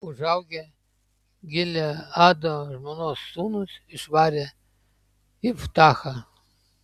užaugę gileado žmonos sūnūs išvarė iftachą